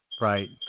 Right